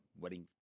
wedding